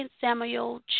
Samuel